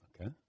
Okay